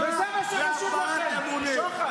וזה מה שחשוב לכם, השוחד.